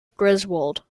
griswold